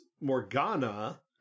Morgana